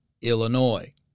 Illinois